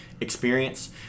experience